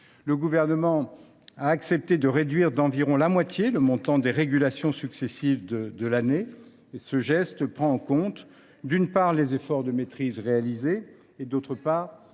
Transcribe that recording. Le Gouvernement a ainsi accepté de réduire d’environ la moitié le montant des régulations successives de l’année. Ce geste prend en compte, d’une part, les efforts de maîtrise réalisés et, d’autre part, la nécessité de récupérer